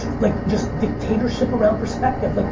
like just dictatorship around perspective. like